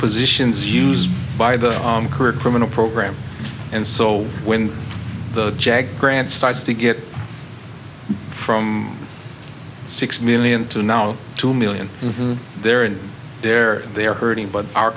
positions used by the on career criminal program and so when the jag grant starts to get from six million to now two million in there and there they are hurting but our